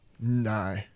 no